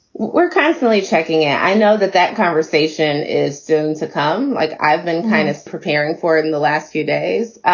we're constantly checking in i know that that conversation is soon to come. like i've been kind of preparing for it in the last few days.